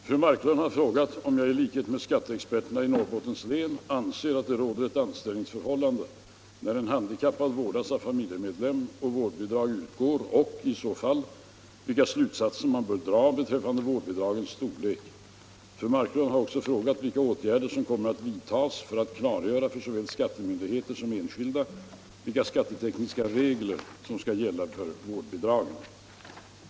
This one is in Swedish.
Herr talman! Fru Marklund har frågat mig om jag i likhet med skatteexperterna i Norrbottens län anser att det råder eu anställningsförhållande när en handikappad vårdas av familjemedlem och vårdbidrag utgår och, i så fall, vilka stutsatser man bör dra beträffande vårdbidragens storlek. Fru Marklund har också frågat vilka åtgärder som kommer att vidtas för att klargöra för såväl skattemyndigheter som enskilda vilka skattetekniska regler som skall gälla för vårdbidragen.